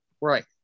Right